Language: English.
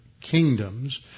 kingdoms